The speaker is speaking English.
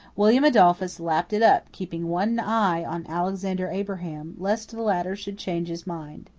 william adolphus lapped it up, keeping one eye on alexander abraham lest the latter should change his mind.